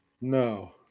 No